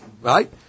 right